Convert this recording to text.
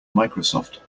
microsoft